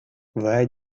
where